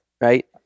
right